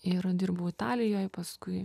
ir dirbau italijoj paskui